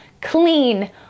clean